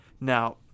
Now